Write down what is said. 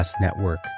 Network